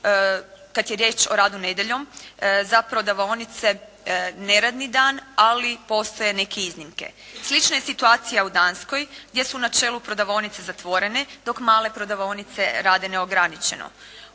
kada je riječ o radu nedjeljom za prodavaonice neradni dan ali postoje neke iznimke. Slična je situacija u Danskoj, gdje su u načelu prodavaonice zatvorene dok male prodavaonice rade neograničeno.